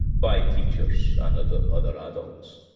by teachers and other other adults.